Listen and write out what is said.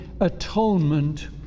atonement